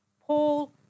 Paul